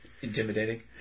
Intimidating